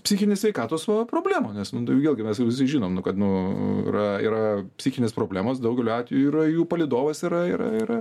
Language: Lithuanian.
psichinės sveikatos problemų nes nu tai vėlgi mes visi žinom nu kad nu yra yra psichinės problemos daugeliu atvejų yra jų palydovas yra yra yra